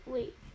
Wait